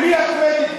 של מי הקרדיט בזה?